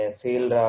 field